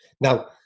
Now